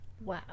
Wow